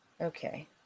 Okay